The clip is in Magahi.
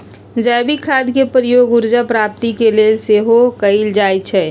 जैविक खाद के प्रयोग ऊर्जा प्राप्ति के लेल सेहो कएल जाइ छइ